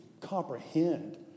comprehend